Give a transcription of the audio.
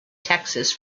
texas